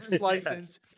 license